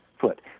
foot